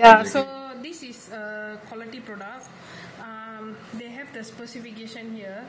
ya so this is a quality product um they have the specification here